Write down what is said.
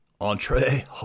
entree